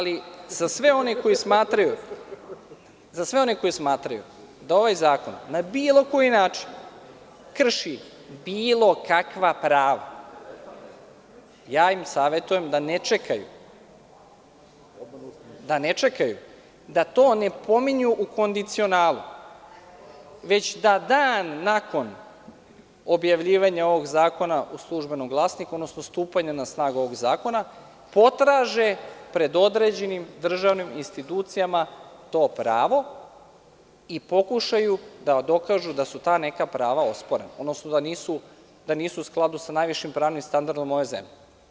Za sve one koji smatraju da ovaj zakon na bilo koji način krši bilo kakva prava, ja im savetujem da ne čekaju, da to ne pominju u kondicionalu, već da dan nakon objavljivanja ovog zakona u „Službenom glasniku“, odnosno stupanja na snagu ovog zakona, potraže pred određenim državnim institucijama to pravo i pokušaju da dokažu da su ta neka prava osporena, odnosno da nisu u skladu sa najvišim pravnim standardom ove zemlje.